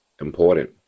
important